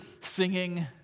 singing